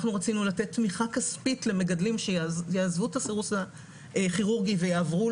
אנחנו רצינו לתת תמיכה כספית למגדלים שיעזבו את הסירוס הכירורגי ויעברו